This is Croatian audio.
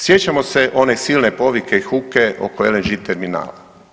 Sjećamo se one silne povike i huke oko LNG terminala.